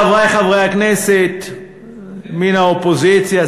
חברי חברי הכנסת מן האופוזיציה,